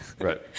Right